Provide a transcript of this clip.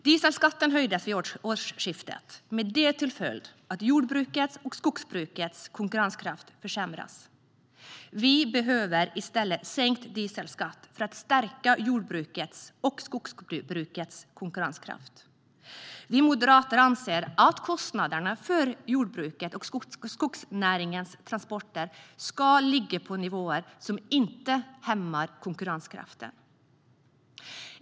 Dieselskatten höjdes vid årsskiftet med följden att jordbrukets och skogsbrukets konkurrenskraft försämras. Vi behöver i stället sänkt dieselskatt för att stärka jordbrukets och skogsbrukets konkurrenskraft. Vi moderater anser att kostnaderna för jordbrukets och skogsnäringens transporter ska ligga på nivåer som inte hämmar konkurrenskraften.